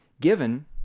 Given